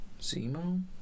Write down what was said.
Zemo